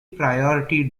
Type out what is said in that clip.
priority